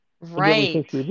Right